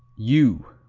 u